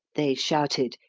they shouted,